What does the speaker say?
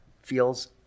feels